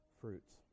fruits